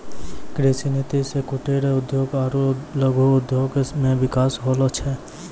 कृषि नीति से कुटिर उद्योग आरु लघु उद्योग मे बिकास होलो छै